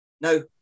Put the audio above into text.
No